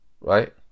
Right